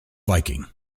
viking